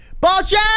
Bullshit